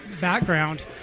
background